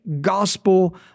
gospel